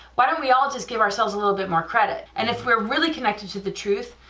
why don't we all just give ourselves a little bit more credit, and if we're really connected to the truth,